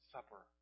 Supper